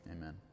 amen